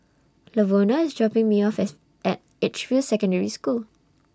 Lavona IS dropping Me off as At Edgefield Secondary School